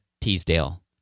Teasdale